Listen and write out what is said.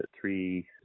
three